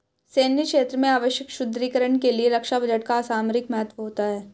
सैन्य क्षेत्र में आवश्यक सुदृढ़ीकरण के लिए रक्षा बजट का सामरिक महत्व होता है